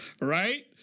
right